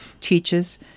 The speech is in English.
teaches